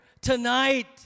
tonight